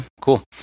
cool